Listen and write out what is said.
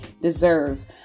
deserve